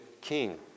King